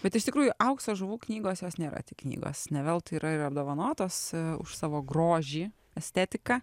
bet iš tikrųjų aukso žuvų knygos jos nėra tik knygos ne veltui yra ir apdovanotos už savo grožį estetiką